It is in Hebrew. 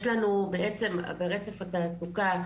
יש לנו בעצם ברצף התעסוקה,